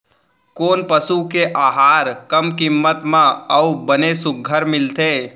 कोन पसु के आहार कम किम्मत म अऊ बने सुघ्घर मिलथे?